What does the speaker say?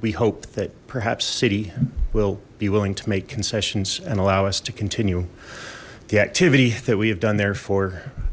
we hope that perhaps city will be willing to make concessions and allow us to continue the activity that we have done there for